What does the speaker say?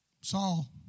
Saul